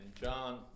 John